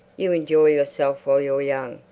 you enjoy yourself while you're young.